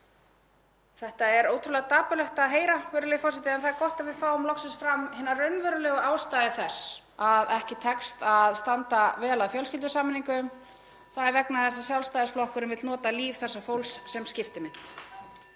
Þetta er ótrúlega dapurlegt að heyra, virðulegi forseti, en það er gott að við fáum loksins fram hinar raunverulegu ástæður þess að ekki tekst að standa vel að fjölskyldusameiningum. (Forseti hringir.) Það er vegna þess að Sjálfstæðisflokkurinn vill nota líf þessa fólks sem skiptimynt.